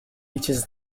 reaches